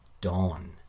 dawn